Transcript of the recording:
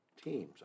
teams